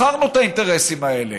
מכרנו את האינטרסים האלה.